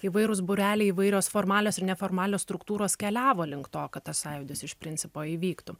įvairūs būreliai įvairios formalios ir neformalios struktūros keliavo link to kad tas sąjūdis iš principo įvyktų